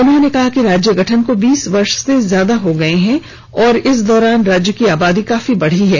उन्होंने कहा कि राज्य गठन को बीस वर्ष से ज्यादा हो गए हैं और इस दौरान राज्य की आबादी काफी बढ़ी हैं